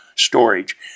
storage